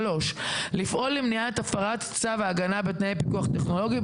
(3)לפעול למניעת הפרת צו הגנה בתנאי פיקוח טכנולוגי,